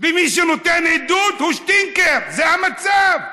ומי שנותן עדות הוא שטינקר, זה המצב.